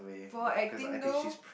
for her acting though